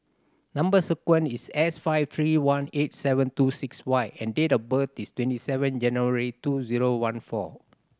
number sequence is S five three one eight seven two six Y and date of birth is twenty seven January two zero one four